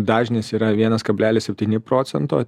dažnis yra vienas kablelis septyni procento